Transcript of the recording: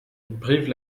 brive